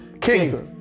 Kings